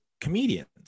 comedians